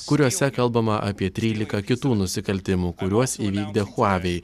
kuriuose kalbama apie trylika kitų nusikaltimų kuriuos įvykdė huavei